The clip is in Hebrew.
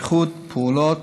ייחוד פעולות,